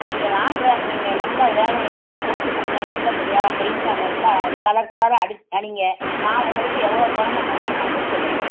நீங்கள் வாங்க நீங்கள் நல்லா வேலையை நல்லா முடித்துக் கொடுங்க நல்லபடியா பெயிண்ட்டை நல்லா கலர் கலராக அடிச் அடியுங்க நான் உங்களுக்கு எவ்வளோ பணமாக இருந்தாலும் கொடுத்துட்றேன்